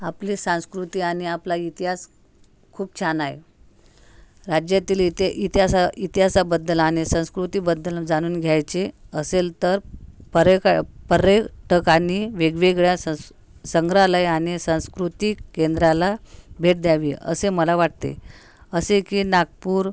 आपली संस्कृती आणि आपला इतिहास खूप छान आहे राज्यातील इति इतिहासा इतिहासाबद्दल आणि संस्कृतीबद्दल जाणून घ्यायचे असेल तर पर्यकाय पर्यटकांनी वेगवेगळ्या संस् संग्रहालय आणि सांस्कृतिक केंद्राला भेट द्यावी असे मला वाटते असे की नागपूर